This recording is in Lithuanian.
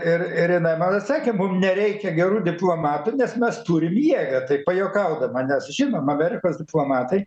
ir ir jinai man atsakė mums nereikia gerų diplomatų nes mes turim jėgą tai pajuokaudama nes žinoma amerikos diplomatai